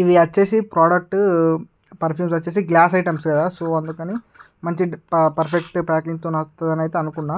ఇది వచ్చేసి product perfumes వచ్చేసి గ్లాస్ ఐటెమ్స్ కదా సో అందుకని మంచి పర్ఫెక్టు ప్యాకింగుతోని వత్తదని అయితే అనుకున్న